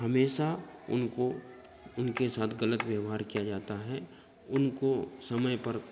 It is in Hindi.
हमेशा उनको उनके साथ गलत व्यवहार किया जाता है उनको समय पर